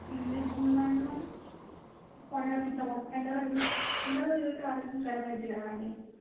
ఏం చేస్తున్నారండి మరి కొండ్లకి ఇట్లా ఎండలో తిరుగు ఎండలో తిరిగితే ఆరోగ్యం ఖరాబ్ అవుతుంది కదా అండి